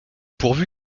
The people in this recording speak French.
pourvu